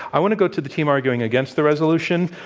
i want to go to the team arguing against the resolution.